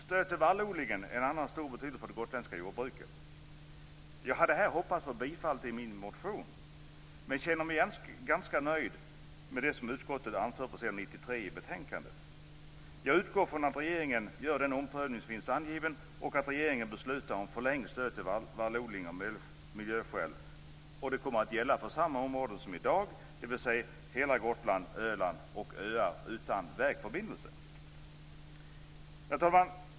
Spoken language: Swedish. Stöd till vallodlingen är en annan sak som har stor betydelse för det gotländska jordbruket. Jag hade här hoppats på bifall till min motion, men jag känner mig ganska nöjd med det som utskottet har anfört på s. 93 i betänkandet. Jag utgår från att regeringen gör den omprövning som finns angiven, att regeringen beslutar om förlängt stöd till vallodling av miljöskäl och att det kommer att gälla för samma områden som i dag, dvs. hela Gotland, Herr talman!